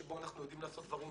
שבו אנחנו יודעים לעשות דברים,